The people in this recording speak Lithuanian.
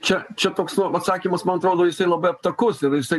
čia čia toks nu atsakymas man atrodo jisai labai aptakus ir jisai